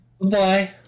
Bye